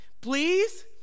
Please